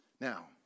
Now